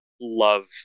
love